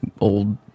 old